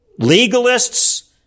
Legalists